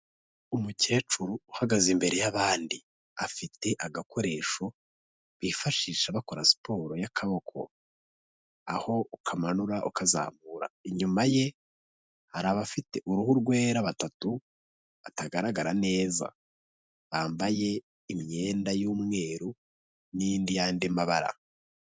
Umukecuru uhagaze imbere y'abandi, afite agakoresho bifashisha bakora siporo y'akaboko, aho ukamanura ukazamura, inyuma ye hari abafite uruhu rwera batatu, batagaragara neza bambaye imyenda y'umweru n'indi yandi mabara.